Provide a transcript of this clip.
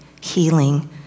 healing